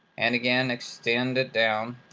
and, again, extend it down.